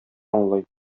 аңлый